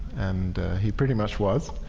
and he pretty much was